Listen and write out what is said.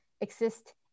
exist